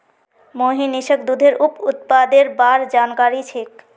मोहनीशक दूधेर उप उत्पादेर बार जानकारी छेक